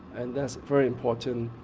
and that's very important.